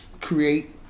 create